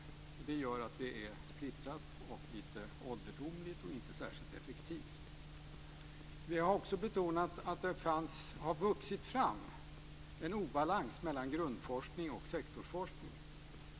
Det gör att det hela är splittrat, lite ålderdomligt och inte särskilt effektivt. Dels gäller det att en obalans har vuxit fram mellan grundforskning och sektorsforskning.